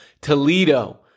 Toledo